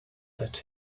that